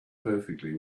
perfectly